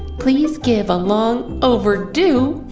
please give a long, overdue.